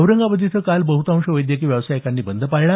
औरंगाबाद इथं बहतांश वैद्यकीय व्यावसायिकांनी काल बंद पाळला